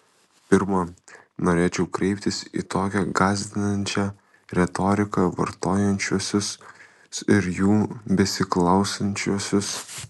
pirma norėčiau kreiptis į tokią gąsdinančią retoriką vartojančiuosius ir jų besiklausančiuosius